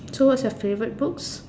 so what's your favorite books